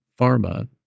pharma